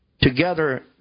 together